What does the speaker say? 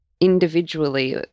individually